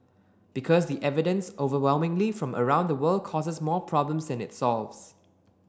because the evidence overwhelmingly from around the world causes more problems than it solves